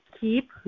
keep